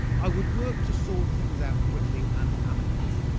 i would work to sort things out quickly and amicably.